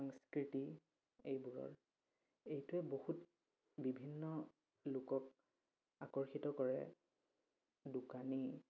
সংস্কৃতি এইবোৰৰ এইটোৱে বহুত বিভিন্ন লোকক আকৰ্ষিত কৰে দোকানী